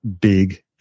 big